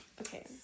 Okay